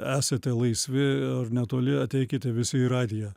esate laisvi ar netoli ateikite visi į radiją